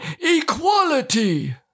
equality